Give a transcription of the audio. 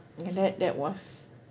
and that that was